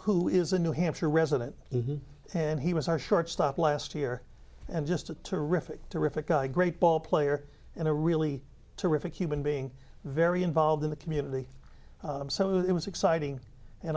who is a new hampshire resident and then he was our shortstop last year and just a terrific terrific guy great ball player and a really terrific human being very involved in the community so it was exciting and